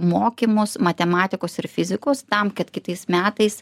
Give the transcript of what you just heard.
mokymus matematikos ir fizikus tam kad kitais metais